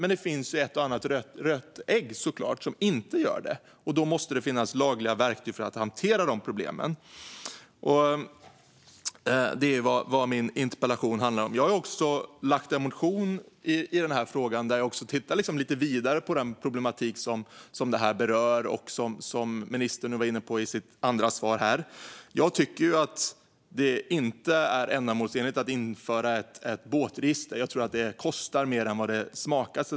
Men det finns såklart ett och annat rötägg som inte gör det, och då måste det finnas lagliga verktyg för att hantera de problemen. Det är vad min interpellation handlar om. Jag har också väckt en motion i denna fråga, där jag tittar lite vidare på den problematik som berörs här och som ministern var inne på i sitt andra svar. Jag tycker inte att det är ändamålsenligt att införa ett båtregister. Jag tror att det kostar mer än vad det smakar, så att säga.